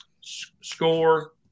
score